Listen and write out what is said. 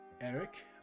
Eric